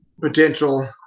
potential